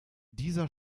dieser